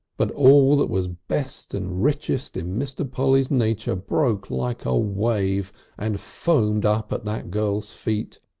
but all that was best and richest in mr. polly's nature broke like a wave and foamed up at that girl's feet,